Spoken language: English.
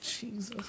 Jesus